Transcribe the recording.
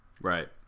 right